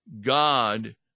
God